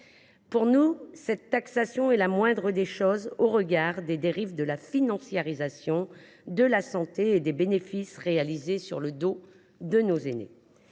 nos yeux, cette taxation est la moindre des choses au regard des dérives liées à la financiarisation de la santé et des bénéfices réalisés sur le dos de nos aînés.